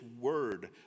word